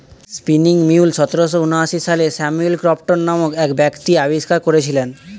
spinning mule সতেরোশো ঊনআশি সালে স্যামুয়েল ক্রম্পটন নামক এক ব্যক্তি আবিষ্কার করেছিলেন